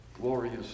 glorious